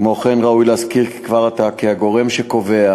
כמו כן ראוי להזכיר כבר עתה כי הגורם שקובע